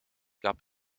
gab